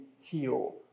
heal